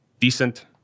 decent